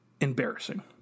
embarrassing